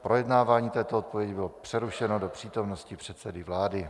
Projednávání této odpovědi bylo přerušeno do přítomnosti předsedy vlády.